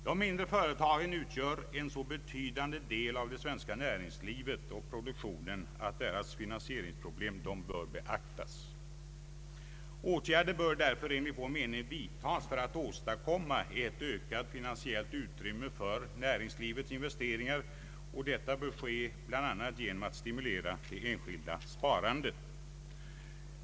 De mindre företagen är en så betydande del av det svenska näringslivet och produktionen att deras finansieringsproblem bör beaktas. Åtgärder bör därför enligt vår mening vidtas för att åstadkomma ett ökat finansiellt utrymme för näringslivets investeringar, och detta bör ske bl.a. genom att stimulera det enskilda sparandet.